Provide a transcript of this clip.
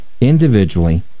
individually